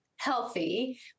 healthy